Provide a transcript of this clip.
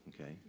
Okay